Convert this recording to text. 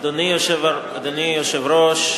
אדוני היושב-ראש,